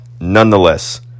nonetheless